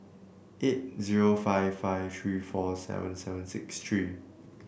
eight zero five five three four seven seven six three